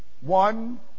one